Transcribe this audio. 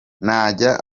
ntajya